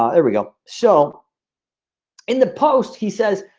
ah there we go so in the post, he says,